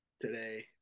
today